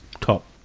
top